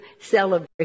celebrate